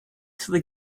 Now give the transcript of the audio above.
till